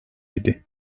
idi